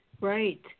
Right